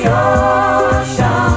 ocean